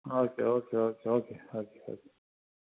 okay okay okay okay okay